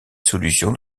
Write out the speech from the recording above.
solution